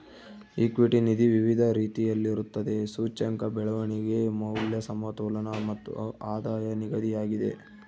equity ನಿಧಿ ವಿವಿಧ ರೀತಿಯಲ್ಲಿರುತ್ತದೆ, ಸೂಚ್ಯಂಕ, ಬೆಳವಣಿಗೆ, ಮೌಲ್ಯ, ಸಮತೋಲನ ಮತ್ತು ಆಧಾಯದ ನಿಧಿಯಾಗಿದೆ